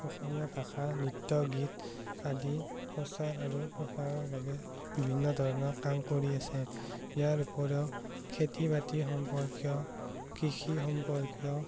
অসমীয়া ভাষা নৃত্য গীত আদি প্ৰচাৰ আৰু প্ৰচাৰৰ বাবে বিভিন্ন ধৰণৰ কাম কৰি আছে ইয়াৰ উপৰিও খেতি বাতি সম্পৰ্কীয় কৃষি সম্পৰ্কীয়